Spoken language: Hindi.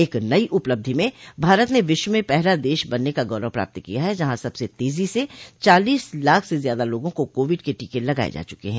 एक नई उपलब्धि में भारत ने विश्व म पहला देश बनने का गौरव प्राप्त किया है जहां सबसे तेजी से चालीस लाख से ज्यादा लोगों को कोविड के टीके लगाए जा चुके ह